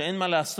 שאין מה לעשות,